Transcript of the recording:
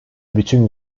bütün